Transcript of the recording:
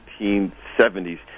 1970s